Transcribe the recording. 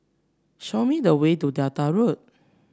show me the way to Delta Road